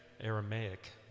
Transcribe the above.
Aramaic